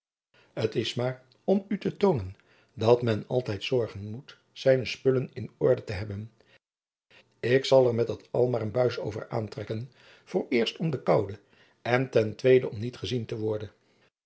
t is maar om u te toonen dat men altijd zorgen moet zijne spullen in orde te hebben ik zal er met dat al maar een buis over aantrekken vooreerst om de koude en ten tweede om niet gezien te worden